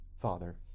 Father